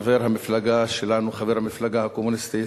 חבר המפלגה שלנו, חבר המפלגה הקומוניסטית,